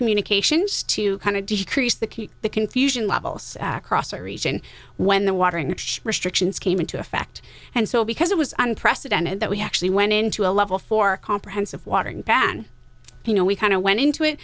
communications to kind of decrease the key the confusion levels act region when the watering restrictions came into effect and so because it was unprecedented that we actually went into a level for comprehensive water and passion you know we kind of went into it